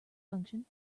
function